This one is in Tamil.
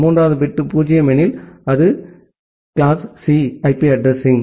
மூன்றாவது பிட் 0 எனில் அது கிளாஸ் சி ஐபி அட்ரஸிங்